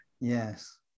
Yes